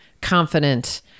confident